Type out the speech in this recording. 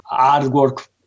artwork